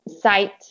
site